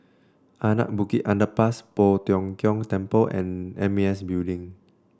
Anak Bukit Underpass Poh Tiong Kiong Temple and M A S Building